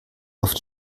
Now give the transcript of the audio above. auf